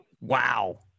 Wow